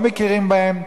לא מכירים בהם,